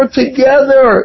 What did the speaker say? together